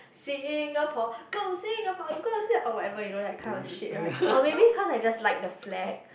Singapore go Singapore go Singapore or whatever you know that kind of shit right or maybe cause I just like the flag